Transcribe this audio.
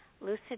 lucid